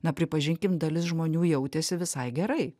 na pripažinkim dalis žmonių jautėsi visai gerai